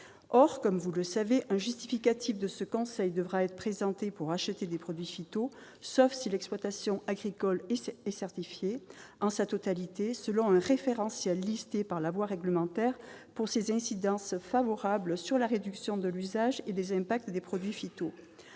mes chers collègues, un justificatif de ce conseil devra être présenté pour acheter des produits « phytos », sauf si l'exploitation agricole est certifiée, en sa totalité, selon « un référentiel listé par la voie réglementaire pour ses incidences favorables sur la réduction de l'usage et des impacts des produits